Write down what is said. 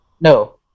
No